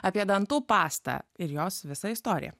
apie dantų pastą ir jos visą istoriją